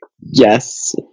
yes